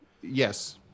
yes